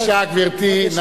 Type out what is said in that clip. בבקשה, גברתי.